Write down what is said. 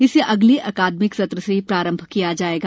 इसे अगले अकादमिक सत्र से प्रारंभ किया जाएगा